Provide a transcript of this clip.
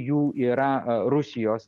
jų yra rusijos